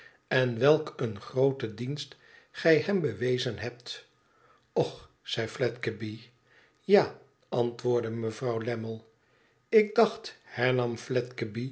en welk een grooten dienst gij hem bewezen hebt och zei fledgeby ja antwoordde mevrouw lammie ik dacht